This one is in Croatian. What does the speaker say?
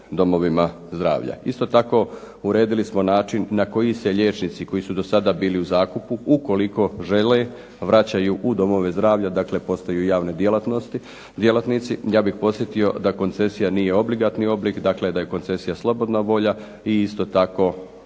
domovima zdravlja. Isto tako, uredili smo način na koji se liječnici koji su do sada bili u zakupu ukoliko žele vraćaju u domove zdravlja, dakle postaju javni djelatnici. Ja bih podsjetio da koncesija nije obligatni oblik, dakle da je koncesija slobodna volja i isto tako